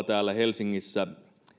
täällä helsingissä